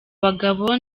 bagabo